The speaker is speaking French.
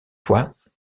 fois